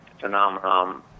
phenomenon